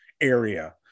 area